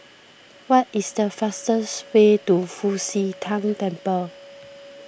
what is the fastest way to Fu Xi Tang Temple